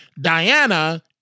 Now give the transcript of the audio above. Diana